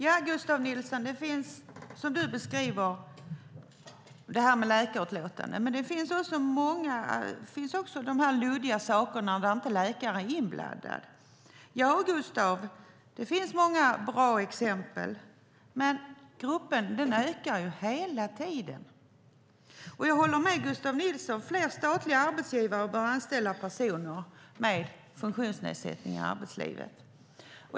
Fru talman! Ja, det finns som du beskriver, Gustav Nilsson, det här med läkarutlåtanden. Men det finns också de här luddiga situationerna där inte läkare är iblandad. Ja, Gustav, det finns många bra exempel, men gruppen ökar hela tiden. Jag håller med Gustav Nilsson om att fler statliga arbetsgivare bör anställa personer med funktionsnedsättning i arbetslivet.